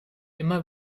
immer